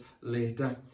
later